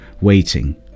waiting